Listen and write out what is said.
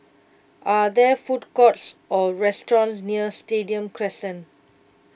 are there food courts or restaurants near Stadium Crescent